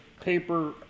paper